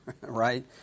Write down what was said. right